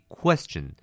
question